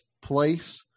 place